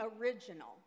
original